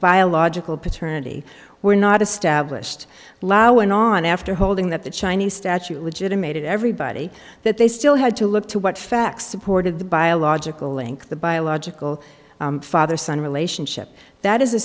biological paternity were not established law went on after holding that the chinese statute which it made everybody that they still had to look to what facts supported the biological link the biological father son relationship that is a